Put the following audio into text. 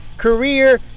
career